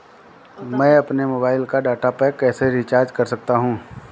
मैं अपने मोबाइल का डाटा पैक कैसे रीचार्ज कर सकता हूँ?